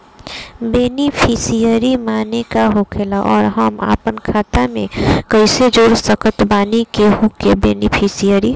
Beneficiary माने का होखेला और हम आपन खाता मे कैसे जोड़ सकत बानी केहु के बेनीफिसियरी?